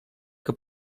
que